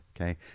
Okay